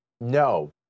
no